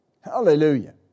Hallelujah